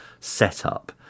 setup